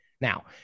now